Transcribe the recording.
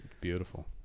Beautiful